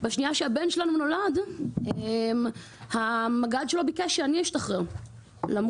בשנייה שהבן שלנו נולד המג"ד שלו ביקש שאני אשתחרר למרות